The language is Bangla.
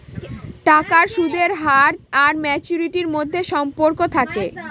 টাকার সুদের হার আর ম্যাচুরিটির মধ্যে সম্পর্ক থাকে